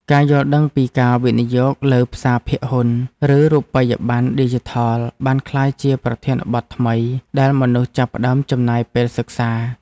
ការយល់ដឹងពីការវិនិយោគលើផ្សារភាគហ៊ុន ឬរូបិយបណ្ណឌីជីថលបានក្លាយជាប្រធានបទថ្មីដែលមនុស្សចាប់ផ្ដើមចំណាយពេលសិក្សា។